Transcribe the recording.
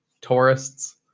tourists